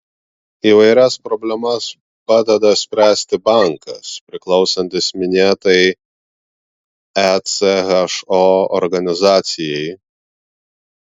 įvairias problemas padeda spręsti bankas priklausantis minėtai echo organizacijai